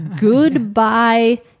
goodbye